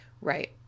right